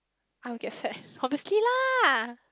I will get fat obviously lah